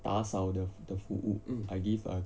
打扫的服务 I give